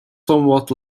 somewhat